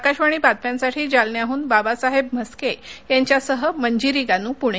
आकाशवाणी बातम्यांसाठी जालन्याहन बाबासाहेब म्हस्के यांच्यासह मजिरी गानू पूणे